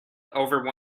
over